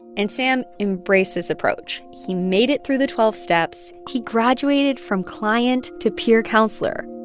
and sam embraced this approach. he made it through the twelve steps. he graduated from client to peer counselor